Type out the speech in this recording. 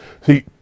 See